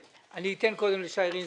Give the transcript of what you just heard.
אתן קודם לשי רינסקי.